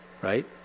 right